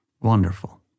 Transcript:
wonderful